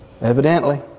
Evidently